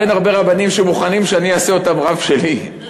ואין הרבה רבנים שמוכנים שאני אעשה אותם רב שלי.